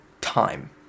time